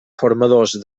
formadors